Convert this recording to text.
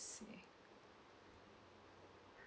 see